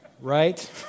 Right